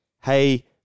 hey